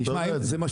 אתה יודע את זה.